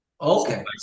okay